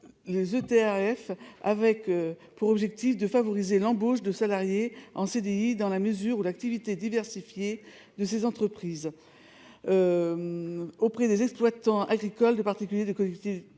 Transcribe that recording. les Etarf avait pour objectif de favoriser l'embauche de salariés en CDI, dans la mesure où l'activité diversifiée de ces entreprises, auprès d'exploitants agricoles, de particuliers, de collectivités